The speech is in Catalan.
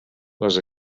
les